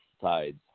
sides